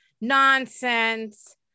nonsense